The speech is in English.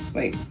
Wait